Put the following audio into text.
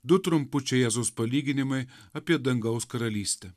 du trumpučiai jėzaus palyginimai apie dangaus karalystę